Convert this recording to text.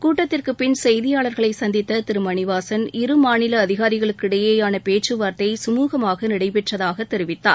கூட்டத்திற்குப் பின் செய்தியாள்களை சந்தித்து திரு மணிவாசன் இரு மாநில அதிகாரிகளுக்கு இடையேயான பேச்சுவா்த்தை சுமூகமாக நடைபெற்றதாகத் தெரிவித்தார்